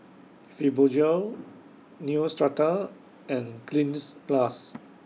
Fibogel Neostrata and Cleanz Plus